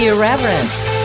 Irreverent